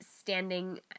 standing